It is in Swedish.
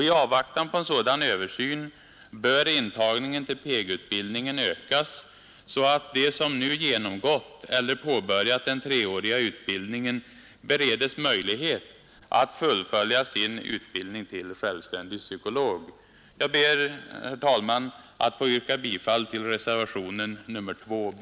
I avvaktan på en sådan översyn bör intagningen till PEG-utbildningen ökas, så att de som nu genomgått eller påbörjat den treåriga utbildningen beredes möjlighet att fullfölja utbildningen till självständig psykolog. Jag ber att få yrka bifall till reservationen 2 b.